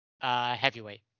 Heavyweight